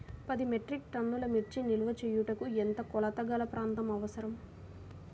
పది మెట్రిక్ టన్నుల మిర్చి నిల్వ చేయుటకు ఎంత కోలతగల ప్రాంతం అవసరం?